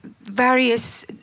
various